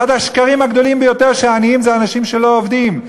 אחד השקרים הגדולים ביותר זה שהעניים הם אנשים שלא עובדים.